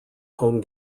home